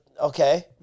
okay